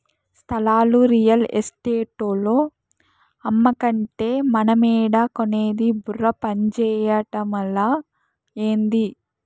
స్థలాలు రియల్ ఎస్టేటోల్లు అమ్మకంటే మనమేడ కొనేది బుర్ర పంజేయటమలా, ఏంది